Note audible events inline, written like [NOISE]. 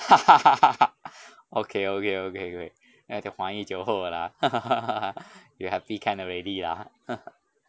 [LAUGHS] okay okay okay okay ga gi hua hie jiu hou lah [LAUGHS] you happy can already ah [LAUGHS]